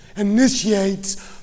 initiates